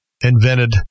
invented